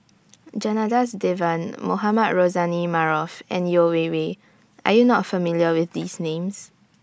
Janadas Devan Mohamed Rozani Maarof and Yeo Wei Wei Are YOU not familiar with These Names